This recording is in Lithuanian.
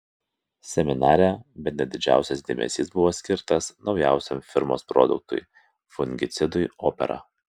seminare bene didžiausias dėmesys buvo skirtas naujausiam firmos produktui fungicidui opera